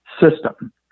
System